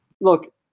look